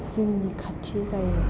जोंनि खाथि जायो